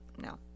No